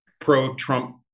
pro-Trump